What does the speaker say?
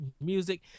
music